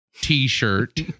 t-shirt